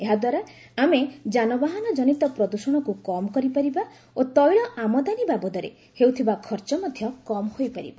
ଏହାଦ୍ୱାରା ଆମେ ଯାନବାହାନ ଜନିତ ପ୍ରଦ୍ୟଷଣକୁ କମ୍ କରିପାରିବା ଓ ତୈଳ ଆମଦାନୀ ବାବଦରେ ହେଉଥିବା ଖର୍ଚ୍ଚ ମଧ୍ୟ କମ୍ ହୋଇପାରିବ